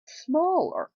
smaller